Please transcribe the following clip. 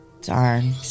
Darn